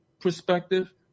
perspective